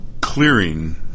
clearing